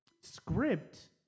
script